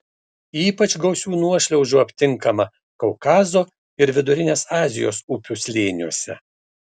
ypač gausių nuošliaužų aptinkama kaukazo ir vidurinės azijos upių slėniuose